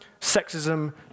sexism